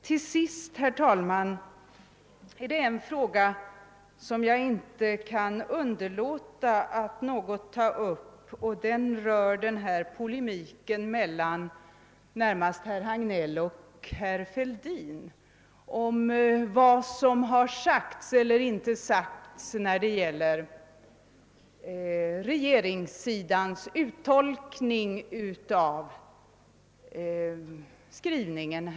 Till sist, herr talman, kan jag inte underlåta att ta upp en fråga som närmast gäller polemiken mellan herr Hagnell och herr Fälldin om vad som har sagts eller inte sagts om uttolkningen från regeringssidan av utskottets skrivning.